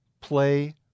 play